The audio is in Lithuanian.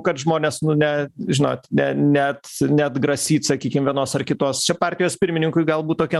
kad žmonės nu ne žinot ne net neatgrasyt sakykim vienos ar kitos čia partijos pirmininkui galbūt tokia